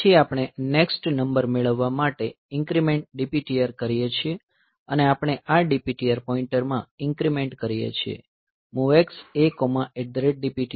પછી આપણે next number મેળવવા માટે INC DPTR કરીએ છીએ અને આપણે આ DPTR પોઇન્ટર માં ઇન્ક્રીમેંટ કરીએ છીએ MOVX ADPTR